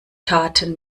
taten